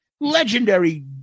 legendary